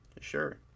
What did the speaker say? sure